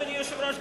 אדוני היושב-ראש,